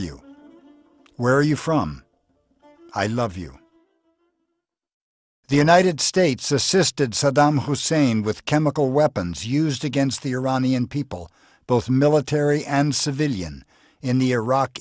you where you from i love you the united states assisted saddam hussein with chemical weapons used against the iranian people both military and civilian in the iraq